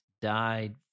died